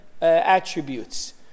attributes